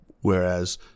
whereas